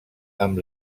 amb